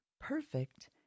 Perfect